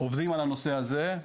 עובדים על הנושא הזה,